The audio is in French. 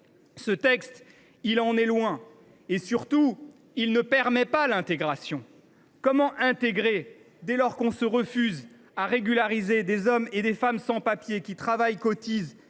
Surtout, ce projet de loi ne permet pas l’intégration. Comment intégrer, dès lors qu’on se refuse à régulariser des hommes et des femmes sans papiers qui travaillent, cotisent